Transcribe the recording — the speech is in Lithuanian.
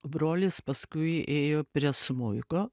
brolis paskui ėjo prie smuiko